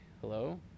hello